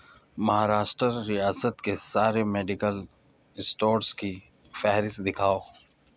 مہاراشٹر ریاست کے سارے میڈیکل اسٹورس کی فہرست دکھاؤ